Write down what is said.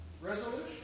resolution